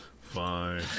Fine